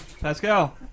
pascal